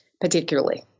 particularly